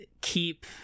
keep